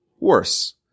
worse